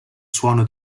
suono